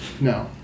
No